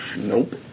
Nope